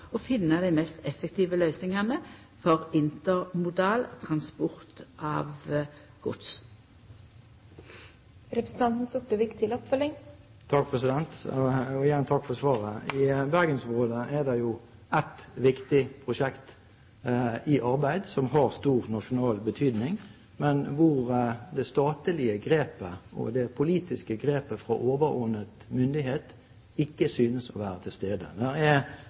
å finna dei mest effektive løysingane for intermodal transport av gods. Igjen takk for svaret. I bergensområdet er det et viktig prosjekt i arbeid som har stor nasjonal betydning, men hvor det statlige grepet og det politiske grepet fra overordnet myndighet ikke synes å være til stede.